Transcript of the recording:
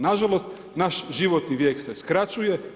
Nažalost, naš životni vijek se skraćuje,